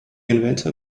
inventor